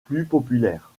populaire